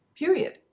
period